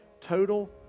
Total